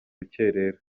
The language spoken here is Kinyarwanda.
rukerera